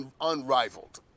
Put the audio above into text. unrivaled